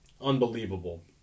unbelievable